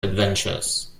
adventures